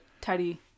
tidy